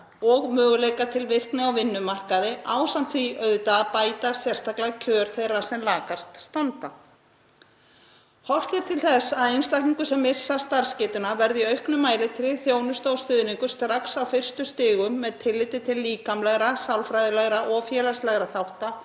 og möguleika til virkni á vinnumarkaði ásamt því auðvitað að bæta sérstaklega kjör þeirra sem lakast standa. Horft er til þess að einstaklingum sem missa starfsgetuna verði í auknum mæli tryggð þjónusta og stuðningur strax á fyrstu stigum með tilliti til líkamlegra, sálfræðilegra og félagslegra þátta